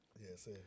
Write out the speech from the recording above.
Yes